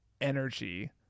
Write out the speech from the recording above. energy